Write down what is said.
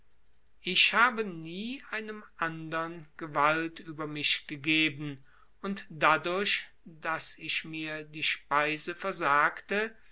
ich habe nie einem andern gewalt über mich gegeben und dadurch daß ich mir die speise versagte